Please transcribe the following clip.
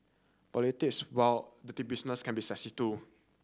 politics while dirty business can be sexy too